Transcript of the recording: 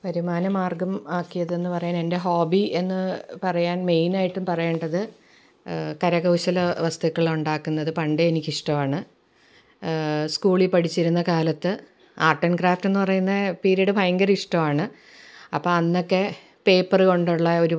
വരുമാന മാർഗം ആക്കിയതെന്ന് പറയാൻ എൻ്റെ ഹോബീ എന്ന് പറയാൻ മെയ്നായിട്ടും പറയേണ്ടത് കരകൗശല വസ്തുക്കളുണ്ടാക്കുന്നത് പണ്ടേ എനിക്കിഷ്ടവാണ് സ്കൂളിൽ പഠിച്ചിരുന്ന കാലത്ത് ആർട്ടാൻക്രാഫ്റ്റെന്ന് പറയുന്ന പിരീഡ് ഭയങ്കര ഇഷ്ടവാണ് അപ്പം അന്നൊക്കെ പേപ്പർ കൊണ്ടുള്ള ഒരു